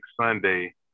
Sunday